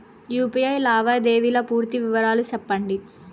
UPI లావాదేవీల పూర్తి వివరాలు సెప్పండి?